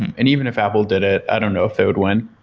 and even if apple did it, i don't know if they would win.